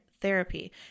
therapy